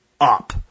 up